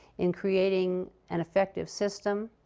in creating an effective system,